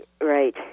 right